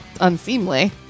unseemly